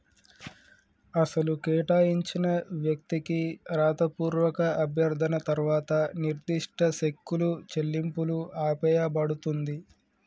అసలు కేటాయించిన వ్యక్తికి రాతపూర్వక అభ్యర్థన తర్వాత నిర్దిష్ట సెక్కులు చెల్లింపులు ఆపేయబడుతుంది